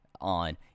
on